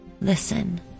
listen